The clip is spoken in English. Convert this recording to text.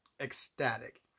ecstatic